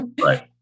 Right